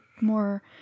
more